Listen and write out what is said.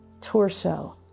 torso